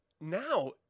Now